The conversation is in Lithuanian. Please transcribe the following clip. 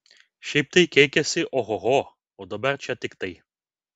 šiaip tai keikiasi ohoho o dabar čia tik tai